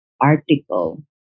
article